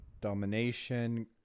domination